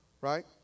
Right